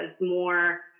more